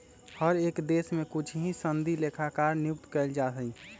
हर एक देश में कुछ ही सनदी लेखाकार नियुक्त कइल जा हई